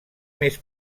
més